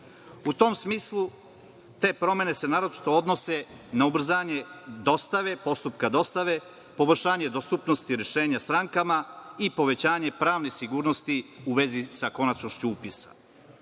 U tom smislu, te promene se naročito odnose na ubrzanje dostave, postupka dostave, poboljšanje dostupnosti rešenja strankama i povećanje pravne sigurnosti u vezi sa konačnošću upisa. Naime,